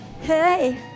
Hey